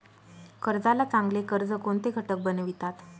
कर्जाला चांगले कर्ज कोणते घटक बनवितात?